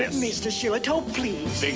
mr. shillitoe, please. think.